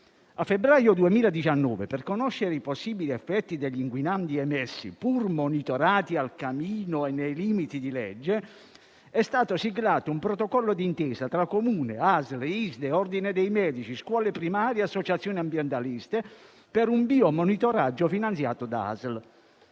A febbraio 2019, per conoscere i possibili effetti degli inquinanti emessi, pur monitorati a camino e nei limiti di legge, è stato siglato un protocollo d'intesa tra Comune, ASL, comitato ISDE, ordine dei medici, scuole primarie e associazioni ambientaliste per un biomonitoraggio finanziato dalla ASL.